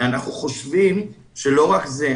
אנחנו חושבים שלא רק זה,